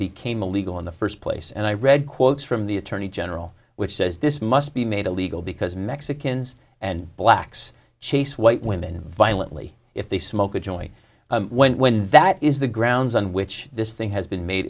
became illegal in the first place and i read quotes from the attorney general which says this must be made illegal because mexicans and blacks chase white women violently if they smoke a joint when when that is the grounds on which this thing has been made